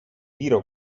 tiro